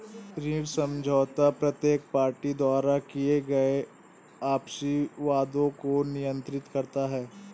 ऋण समझौता प्रत्येक पार्टी द्वारा किए गए आपसी वादों को नियंत्रित करता है